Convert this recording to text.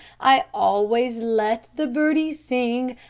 i always let the birdies sing,